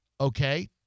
Okay